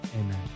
Amen